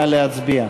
נא להצביע.